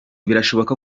birashoboka